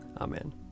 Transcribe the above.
Amen